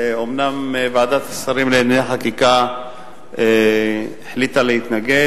אומנם ועדת השרים לענייני חקיקה החליטה להתנגד,